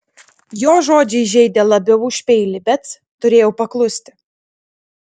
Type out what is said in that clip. jo žodžiai žeidė labiau už peilį bet turėjau paklusti